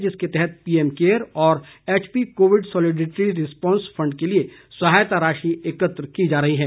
जिसके तहत PM care और HP covid solidarity response fund के लिए सहायता राशि एकत्र की जा रही है